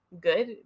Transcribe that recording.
good